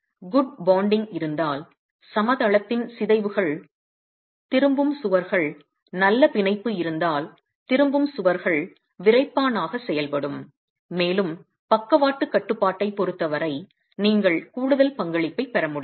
நல்ல பிணைப்பு இருந்தால் சமதளத்தின் சிதைவுகள் திரும்பும் சுவர்கள் நல்ல பிணைப்பு இருந்தால் திரும்பும் சுவர்கள் விறைப்பானாக செயல்படும் மேலும் பக்கவாட்டு கட்டுப்பாட்டைப் பொருத்தவரை நீங்கள் கூடுதல் பங்களிப்பைப் பெற முடியும்